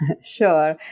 Sure